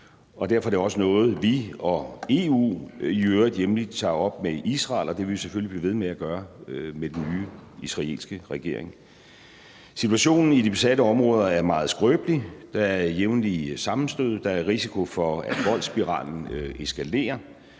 Derfor er det også noget, som vi og EU, i øvrigt jævnligt, tager op med Israel, og det vil vi selvfølgelig blive ved med at gøre med den nye israelske regering. Situationen i de besatte områder er meget skrøbelig, der er jævnligt sammenstød, der er risiko for, at voldsspiralen eskalerer,